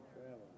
Travel